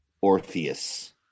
Orpheus